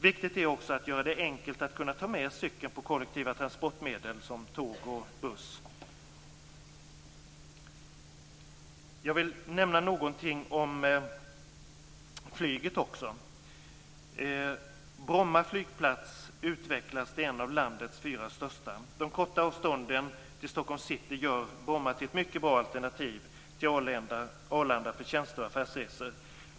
Viktigt är också att göra det enkelt att ta med cykeln på kollektiva transportmedel som tåg och buss. Jag vill också nämna någonting om flyget. Bromma utvecklas till en av landets fyra största flygplatser. Det korta avståndet till Stockholms city gör Bromma till ett mycket bra alternativ till Arlanda för tjänste och affärsresor.